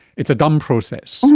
it's a dumb process,